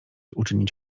uczynić